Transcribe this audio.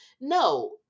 No